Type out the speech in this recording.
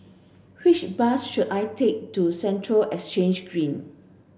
which bus should I take to Central Exchange Green